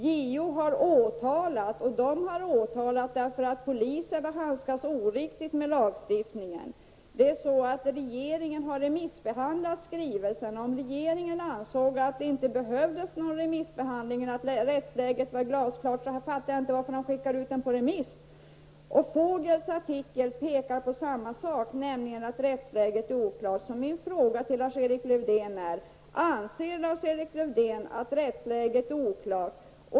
JO har åtalat därför att poliserna har handskats oriktigt med lagstiftningen. Regeringen har faktiskt remissbehandlat skrivelsen. Om regeringen anser att det inte behövdes någon remissbehandling och att rättsläget var glasklart förstår jag inte varför man skickar ut förslaget på remiss. Vogels artikel pekar på samma sak, nämligen att rättsläget är oklart. Anser Lars-Erik Lövdén att rättsläget är oklart?